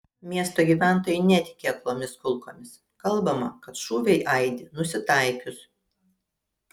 miesto gyventojai netiki aklomis kulkomis kalbama kad šūviai aidi nusitaikius